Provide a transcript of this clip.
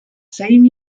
same